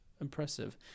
impressive